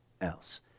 else